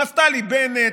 נפתלי בנט,